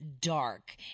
dark